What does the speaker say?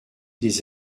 des